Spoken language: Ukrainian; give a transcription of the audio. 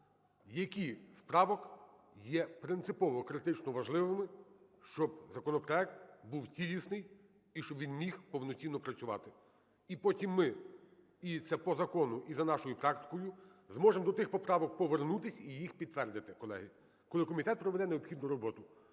які з правок є принципово критично важливими, щоб законопроект був цілісний і щоб він міг повноцінно працювати. І потім ми - і це по закону, і за нашою практикою, - зможемо до тих поправок повернутись і їх підтвердити, колеги, коли комітет проведе необхідну роботу.